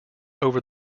over